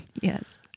Yes